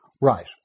Right